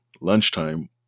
lunchtime